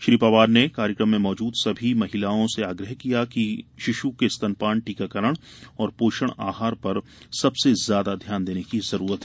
श्री पवार ने कार्यक्रम में मौजूद सभी महिलाओं से आग्रह किया कि शिशु के स्तनपान टीकाकरण और पोषाहार पर सबसे ज्यादा ध्यान देने की जरूरत है